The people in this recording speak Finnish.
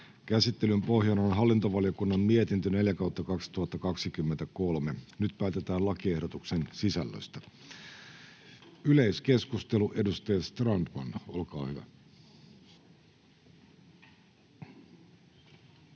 Käsittelyn pohjana on hallintovaliokunnan mietintö HaVM 4/2023 vp. Nyt päätetään lakiehdotuksen sisällöstä. — Yleiskeskustelu, edustaja Strandman, olkaa hyvä. [Speech